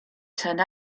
turned